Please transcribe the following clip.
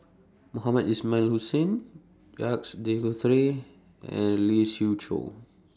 Mohamed Ismail Hussain Jacques De Go three and Lee Siew Choh